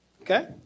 Okay